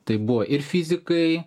tai buvo ir fizikai